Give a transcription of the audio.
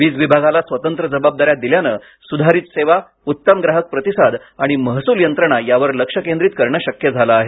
वीज विभागाला स्वतंत्र जबाबदाऱ्या दिल्याने सुधारित सेवा उत्तम ग्राहक प्रतिसाद आणि महसूल यंत्रणा यावर लक्ष केंद्रित करणं शक्य झालं आहे